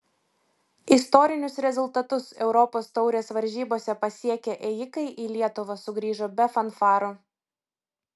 istorinius rezultatus europos taurės varžybose pasiekę ėjikai į lietuvą sugrįžo be fanfarų